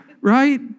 Right